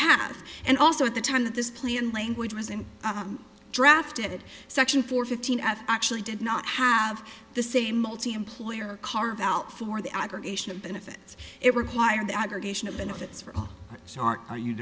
have and also at the time that this plan language wasn't drafted section four fifteen of actually did not have the same multi employer carve out for the aggregation of benefits it required aggregation of benefits for